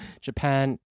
Japan